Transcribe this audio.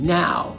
now